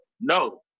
no